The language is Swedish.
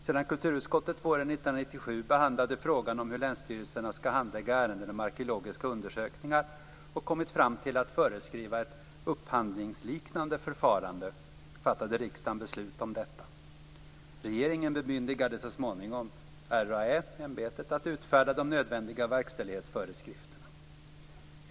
Sedan kulturutskottet våren 1997 behandlat frågan om hur länsstyrelserna skall handlägga ärenden om arkeologiska undersökningar och kommit fram till att föreskriva ett upphandlingsliknande förfarande, fattade riksdagen beslut om detta. Regeringen bemyndigade så småningom Riksantikvarieämbetet att utfärda de nödvändiga verkställighetsföreskrifterna.